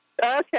Okay